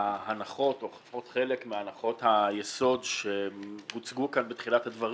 ההנחות או לפחות חלק מהנחות היסוד שהוצגו כאן בתחילת הדברים,